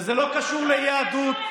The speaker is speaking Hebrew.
וזה לא קשור ליהדות,